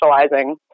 socializing